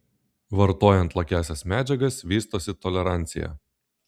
vartojant lakiąsias medžiagas vystosi tolerancija